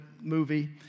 movie